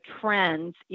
trends